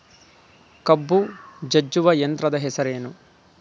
ಕಬ್ಬು ಜಜ್ಜುವ ಯಂತ್ರದ ಹೆಸರೇನು?